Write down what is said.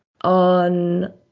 on